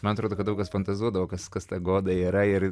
man atrodo kad daug kas fantazuodavo kas kas ta goda yra ir